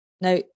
Now